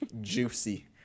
Juicy